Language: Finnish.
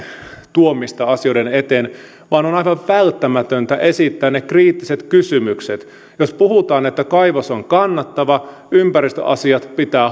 tuomista asioiden eteen vaan on aivan välttämätöntä esittää ne kriittiset kysymykset jos puhutaan että kaivos on kannattava ja ympäristöasiat pitää